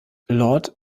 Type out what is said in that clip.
lord